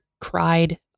cried